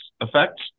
effect